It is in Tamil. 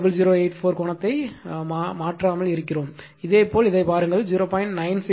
0850084 கோணத்தை மாற்றாமல் இருக்கிறோம் இதேபோல் இதைப் பாருங்கள் 0